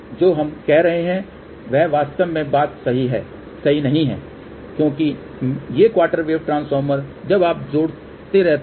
जो हम कह रहे है वह वास्तव में बात नहीं है क्योंकि ये क्वार्टर वेव ट्रांसफार्मर जब आप जोड़ते रहते हैं